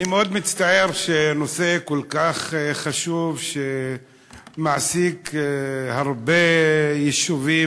אני מאוד מצטער שנושא כל כך חשוב שמעסיק הרבה יישובים,